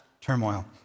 turmoil